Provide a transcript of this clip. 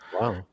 Wow